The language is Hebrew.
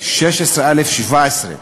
16א ו-17,